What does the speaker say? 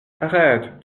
arrête